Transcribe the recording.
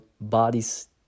bodies